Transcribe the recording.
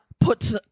Put